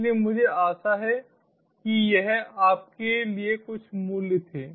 इसलिए मुझे आशा है कि यह आपके लिए कुछ मूल्य थे